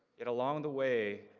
yet along the way,